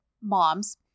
moms